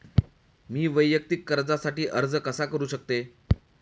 मी वैयक्तिक कर्जासाठी अर्ज कसा करु शकते?